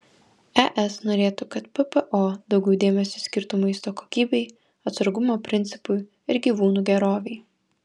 es norėtų kad ppo daugiau dėmesio skirtų maisto kokybei atsargumo principui ir gyvūnų gerovei